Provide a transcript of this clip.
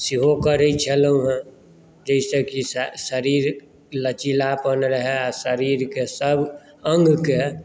सेहो करैत छलहुँ हेँ जाहिसँ कि शरीर लचीलापन रहय आ शरीरके सभ अङ्गकेँ